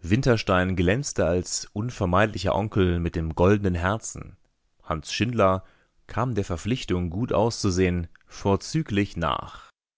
winterstein glänzte als unvermeidlicher onkel mit dem goldenen herzen hanns schindler kam der verpflichtung gut auszusehen vorzüglich nach